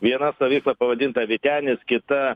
viena stovykla pavadinta vytenis kita